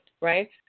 right